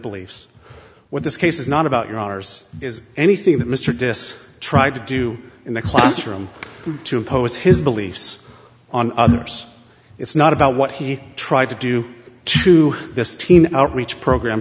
beliefs where this case is not about your honour's is anything that mr dysart tried to do in the classroom to impose his beliefs on others it's not about what he tried to do to this teen outreach program